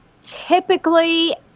typically